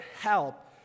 help